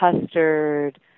custard